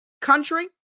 country